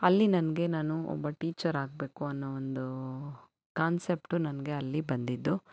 ಅಲ್ಲಿ ನನಗೆ ನಾನು ಒಬ್ಬ ಟೀಚರ್ ಆಗಬೇಕು ಅನ್ನೋ ಒಂದು ಕಾನ್ಸೆಪ್ಟು ನನಗೆ ಅಲ್ಲಿ ಬಂದಿದ್ದು